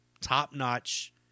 Top-notch